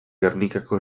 gernikako